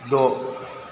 द'